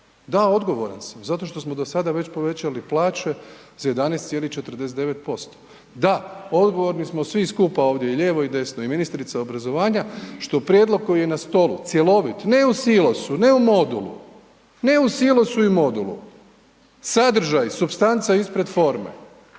Da, odgovoran sam zato što smo do sada već povećali plaće za 11,49%. Da, odgovorni smo svi skupa ovdje i lijevo i desno i ministrica obrazovanja što prijedlog koji je na stolu cjelovit ne u silosu, ne u modulu, ne u silosu i modulu, sadržaj, supstanca ispred forme